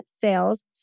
sales